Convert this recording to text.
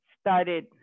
started